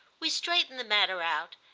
we straightened the matter out,